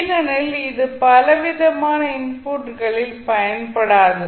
ஏனெனில் இது பலவிதமான இன்புட்களில் பயன்படாது